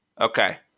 Okay